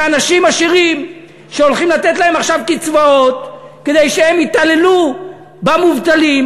זה אנשים עשירים שהולכים לתת להם עכשיו קצבאות כדי שהם יתעללו במובטלים,